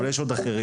אבל יש עוד אחרים,